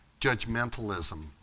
judgmentalism